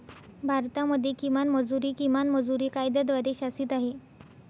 भारतामध्ये किमान मजुरी, किमान मजुरी कायद्याद्वारे शासित आहे